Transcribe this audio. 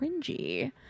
cringy